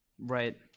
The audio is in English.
Right